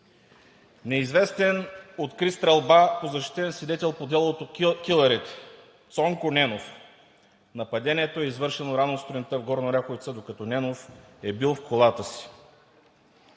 „Неизвестен откри стрелба по защитен свидетел по делото „Килърите“ – Цонко Ненов. Нападението е извършено рано сутринта в Горна Оряховица, докато Ненов е бил в колата си.